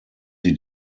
sie